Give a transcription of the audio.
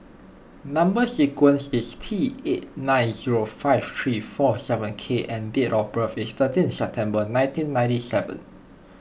Number Sequence is T eight nine zero five three four seven K and date of birth is thirteenth September nineteen ninety seven